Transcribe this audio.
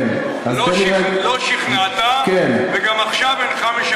לא שכנעת וגם עכשיו אינך משכנע אותי.